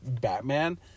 Batman